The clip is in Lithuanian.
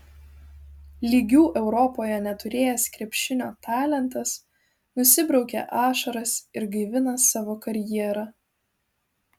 lygių europoje neturėjęs krepšinio talentas nusibraukė ašaras ir gaivina savo karjerą